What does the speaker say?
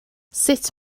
sut